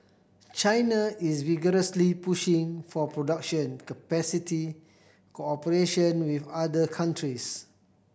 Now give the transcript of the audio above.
China is vigorously pushing for production capacity cooperation with other countries